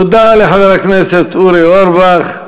תודה לחבר הכנסת אורי אורבך.